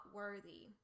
worthy